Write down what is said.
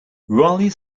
raleigh